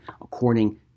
according